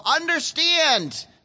understand